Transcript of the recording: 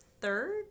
third